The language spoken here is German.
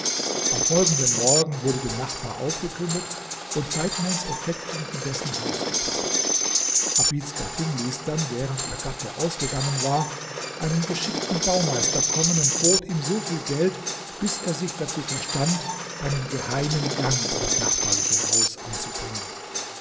am folgenden morgen wurde dem nachbar aufgekündet und zeitmonds effekten in dessen haus gebracht abids gattin ließ dann während ihr gatte ausgegangen war einen geschickten baumeister kommen und bot ihm so viel geld bis er sich dazu verstand einen geheimen gang in das nachbarliche haus anzubringen